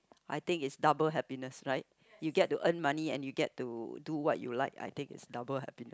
I think it's double happiness right you get to earn money and you get to do what you like I think it's double happi~